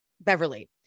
Beverly